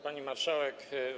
Pani Marszałek!